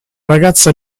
ragazza